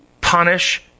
punish